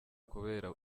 kubera